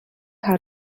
how